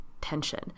tension